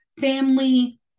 family